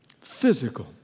Physical